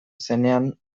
zenean